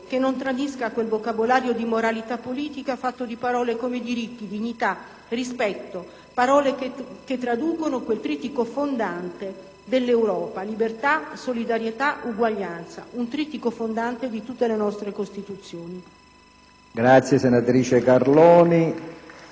la senatrice Carloni.